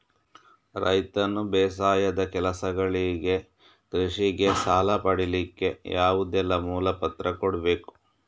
ರೈತನು ಬೇಸಾಯದ ಕೆಲಸಗಳಿಗೆ, ಕೃಷಿಗೆ ಸಾಲ ಪಡಿಲಿಕ್ಕೆ ಯಾವುದೆಲ್ಲ ಮೂಲ ಪತ್ರ ಕೊಡ್ಬೇಕು?